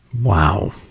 Wow